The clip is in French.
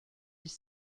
dix